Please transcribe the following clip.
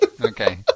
Okay